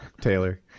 Taylor